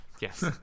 Yes